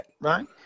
Right